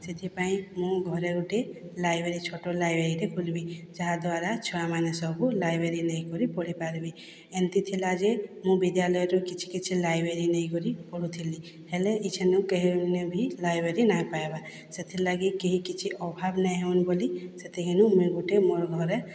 ସେଥିପାଇଁ ମୁଁ ଘରେ ଗୋଟେ ଲାଇବ୍ରେରୀ ଛୋଟ ଲାଇବ୍ରେରୀଟେ ଖୋଲିବି ଯାହା ଦ୍ଵାରା ଛୁଆମାନେ ସବୁ ଲାଇବ୍ରେରୀ ନେଇକରି ପଢ଼ିପାରିବେ ଏମିତି ଥିଲା ଯେ ମୁଁ ବିଦ୍ୟାଳୟରୁ କିଛି କିଛି ଲାଇବ୍ରେରୀ ନେଇକରି ପଢ଼ୁଥିଲି ହେଲେ ଇଛନ୍ କେବେବି ଲାଇବ୍ରେରୀ ନାଇଁ ପାଇବା ସେଥିର୍ଲାଗି କେହି କିଛି ଅଭାବ୍ ନାଇଁ ହଉନ୍ ବଲି ସେଥିର୍ଲାଗି ମୁଇଁ ଗୁଟେ ମୋର୍ ଘରେ